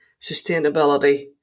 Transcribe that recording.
sustainability